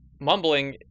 mumbling